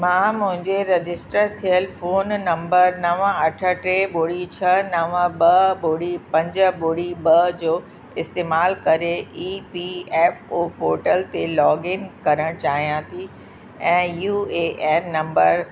मां मुंहिंजे रजिस्टर थियलु फोन नंबर नव अठ टे ॿुड़ी छह नव ॿ ॿुड़ी पंज ॿुड़ी ॿ जो इस्तेमाल करे E P F O portal ते लॉगइन करणु चाहियां थी ऐं यू ए एन नंबर